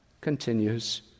continues